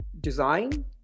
Design